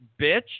bitch